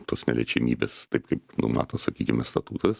tos neliečiamybės taip kaip numato sakykime statutas